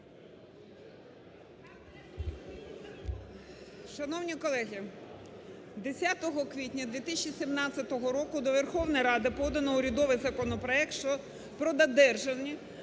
Шановні колеги, 10 квітня 2017 року до Верховної Ради подано урядовий законопроект про державні